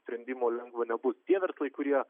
sprendimo lengvo nebus tie verslai kurie